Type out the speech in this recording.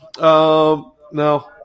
No